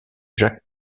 jacques